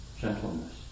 Gentleness